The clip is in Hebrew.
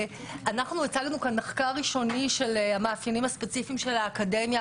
אנחנו הצגנו כאן מחקר ראשוני של המאפיינים הספציפיים של האקדמיה.